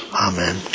Amen